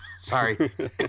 Sorry